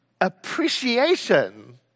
appreciation